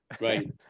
Right